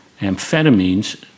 amphetamines